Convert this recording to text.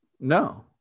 No